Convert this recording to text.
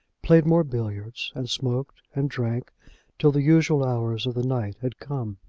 played more billiards and smoked and drank till the usual hours of the night had come.